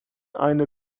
eine